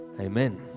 Amen